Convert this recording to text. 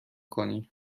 کنی